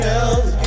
else